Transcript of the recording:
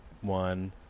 one